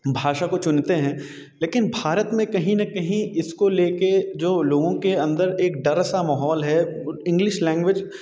भाषा को चुनते हैं लेकिन भारत में कहीं न कहीं इसको ले के लोगों के अंदर एक डर सा माहौल है इंग्लिश लैंग्वेज